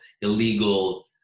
illegal